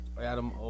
Adam